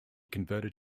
converted